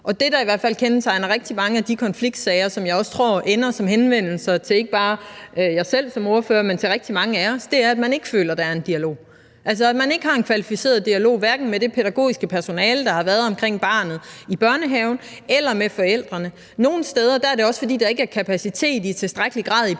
Og det, der i hvert fald kendetegner rigtig mange af de konfliktsager, som jeg også tror ender som henvendelser til ikke bare mig selv som ordfører, men til rigtig mange af os, er, at man ikke føler, der er en dialog, altså at man ikke har en kvalificeret dialog, hverken med det pædagogiske personale, der har været omkring barnet i børnehaven, eller med forældrene. Nogle steder er det også, fordi der ikke er kapacitet i tilstrækkelig grad i